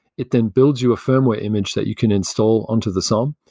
it then builds you a firmware image that you can install on to the som.